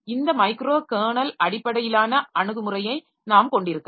இந்த micro kernel அடிப்படையிலான அணுகுமுறையை நாம் கொண்டிருக்கலாம்